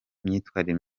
imyitwarire